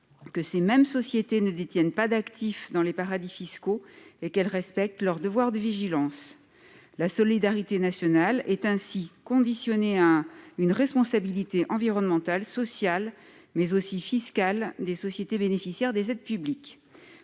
que ces mêmes sociétés ne détiennent pas d'actifs dans les paradis fiscaux et qu'elles respectent leur devoir de vigilance, la solidarité nationale est ainsi conditionnées à une responsabilité environnementale, sociale, mais aussi fiscales des sociétés bénéficiaires des aides publiques,